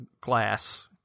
glass